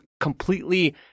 completely